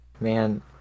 man